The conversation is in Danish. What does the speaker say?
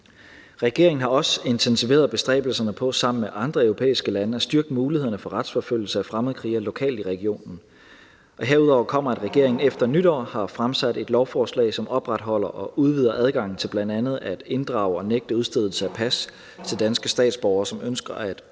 Regeringen har også intensiveret bestræbelserne på sammen med andre europæiske lande at styrke mulighederne for retsforfølgelse af fremmedkrigere lokalt i regionen. Hertil kommer, at regeringen efter nytår har fremsat et lovforslag, som opretholder og udvider adgangen til bl.a. at inddrage og nægte udstedelse af pas til danske statsborgere, som ønsker at